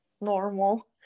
normal